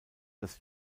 das